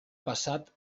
passat